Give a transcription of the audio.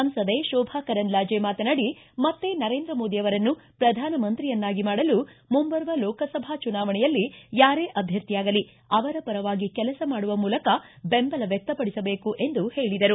ಸಂಸದೆ ಶೋಭಾ ಕರಂದ್ಲಾಜಿ ಮಾತನಾಡಿ ಮತ್ತೇ ನರೇಂದ್ರ ಮೋದಿ ಅವರನ್ನು ಪ್ರಧಾನಮಂತ್ರಿಯನ್ನಾಗಿ ಮಾಡಲು ಮುಂಬರುವ ಲೋಕಸಭಾ ಚುನಾವಣೆಯಲ್ಲಿ ಯಾರೇ ಅಭ್ಯರ್ಥಿಯಾಗಲಿ ಅವರ ಪರವಾಗಿ ಕೆಲಸ ಮಾಡುವ ಮೂಲಕ ಬೆಂಬಲ ವ್ಯಕ್ತಪಡಿಸಬೇಕು ಎಂದು ಹೇಳಿದರು